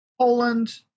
Poland